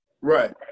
Right